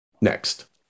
next